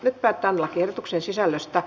nyt päätetään lakiehdotuksen sisällöstä